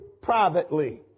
privately